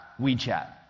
WeChat